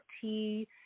tea